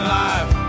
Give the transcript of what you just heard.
life